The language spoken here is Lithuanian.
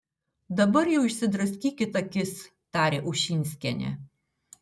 dabar jau išsidraskykit akis tarė ušinskienė